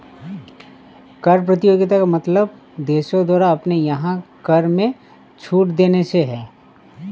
कर प्रतियोगिता का मतलब देशों द्वारा अपने यहाँ कर में छूट देने से है